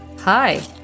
Hi